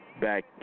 Back